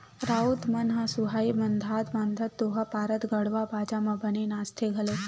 राउत मन ह सुहाई बंधात बंधात दोहा पारत गड़वा बाजा म बने नाचथे घलोक